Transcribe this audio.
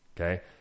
Okay